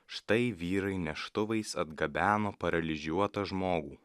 štai vyrai neštuvais atgabeno paralyžiuotą žmogų